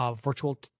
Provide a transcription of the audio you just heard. Virtual